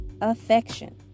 affection